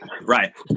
right